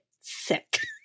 sick